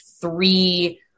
three